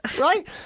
right